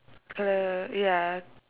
colour ya